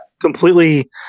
completely